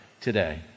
today